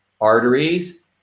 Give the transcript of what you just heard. arteries